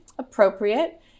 appropriate